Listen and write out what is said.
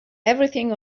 everything